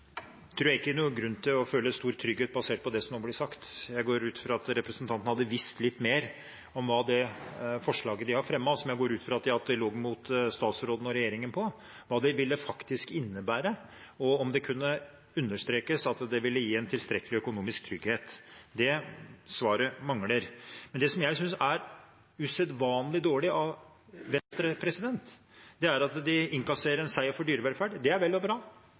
tror ikke det er noen grunn til å føle stor trygghet basert på det som har blitt sagt. Jeg gikk ut fra at representanten hadde visst litt mer om hva det forslaget de har fremmet – og som jeg går ut fra at de har hatt dialog med statsråden og regjeringen om – faktisk innebærer, og om det kunne understrekes at det vil gi en tilstrekkelig økonomisk trygghet. Det svaret mangler. Det jeg synes er usedvanlig dårlig av Venstre, er at de innkasserer en seier for dyrevelferden – det er vel og bra